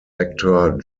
actor